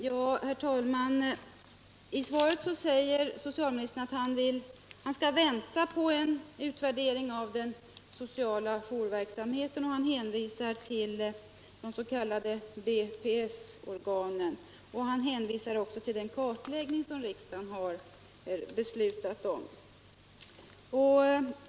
Herr talman! I svaret säger socialministern att han skall vänta på en utvärdering av den sociala jourverksamheten och hänvisar till de s.k. BPS-organen. Han hänvisar även till den kartläggning riksdagen beslutat om.